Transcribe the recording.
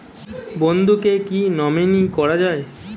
বন্ধুকে কী নমিনি করা যায়?